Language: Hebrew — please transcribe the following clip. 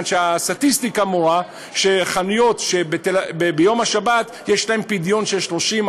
הסטטיסטיקה מורה שלחנויות ביום השבת יש פדיון של 30%,